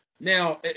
Now